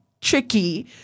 tricky